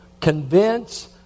convince